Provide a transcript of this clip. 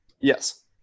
Yes